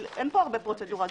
אין כאן הרבה פרוצדורה.